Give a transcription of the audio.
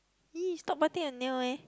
!ee! stop biting your nail eh